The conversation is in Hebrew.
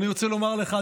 אני רוצה לומר לך,